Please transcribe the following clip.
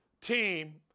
team